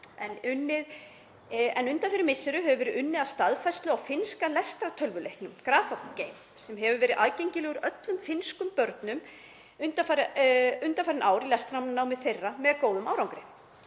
en undanfarin misseri hefur verið unnið að staðfærslu á finnska lestrartölvuleiknum Graphogame sem hefur verið aðgengilegur öllum finnskum börnum undanfarin ár í lestrarnámi þeirra með góðum árangri.